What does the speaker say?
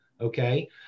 okay